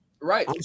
right